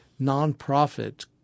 nonprofit